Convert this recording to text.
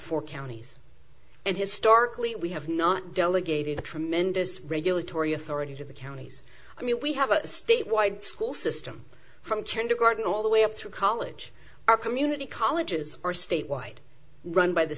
four counties and historically we have not delegated a tremendous regulatory authority to the counties i mean we have a statewide school system from kindergarten all the way up through college our community colleges are statewide run by the